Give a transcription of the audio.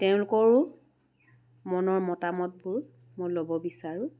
তেওঁলোকৰো মনৰ মতামতবোৰ মই ল'ব বিচাৰোঁ